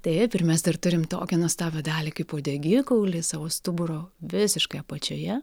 taip ir mes dar turim tokią nuostabią dalį kaip uodegikaulis savo stuburo visiškai apačioje